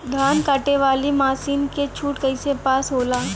धान कांटेवाली मासिन के छूट कईसे पास होला?